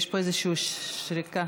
יש פה איזושהי שריקה.